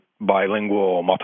bilingual